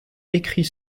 écrit